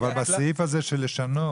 אבל בסעיף הזה של לשנות.